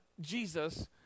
jesus